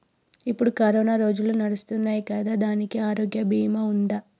ఇప్పుడు కరోనా రోజులు నడుస్తున్నాయి కదా, దానికి ఆరోగ్య బీమా ఉందా?